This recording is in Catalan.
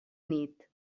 nit